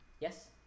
Yes